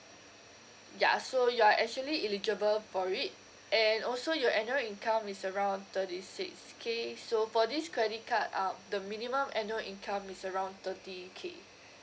ya so you are actually eligible for it and also your annual income is around thirty six K so for this credit card um the minimum annual income is around thirty K